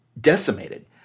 decimated